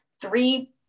three